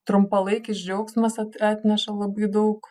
trumpalaikis džiaugsmas at atneša labai daug